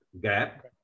gap